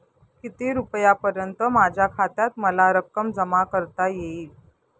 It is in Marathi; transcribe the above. किती रुपयांपर्यंत माझ्या खात्यात मला रक्कम जमा करता येईल?